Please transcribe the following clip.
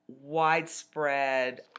widespread